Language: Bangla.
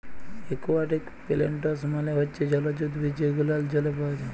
একুয়াটিক পেলেনটস মালে হচ্যে জলজ উদ্ভিদ যে গুলান জলে পাওয়া যায়